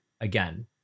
again